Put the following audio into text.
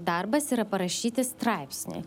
darbas yra parašyti straipsnį